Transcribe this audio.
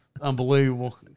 unbelievable